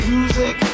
Music